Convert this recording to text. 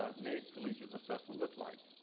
ah naep collegiate assessment look like?